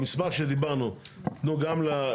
במסמך שדיברנו, תנו גם לה.